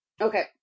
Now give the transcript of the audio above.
Okay